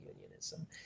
unionism